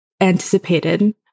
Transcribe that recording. anticipated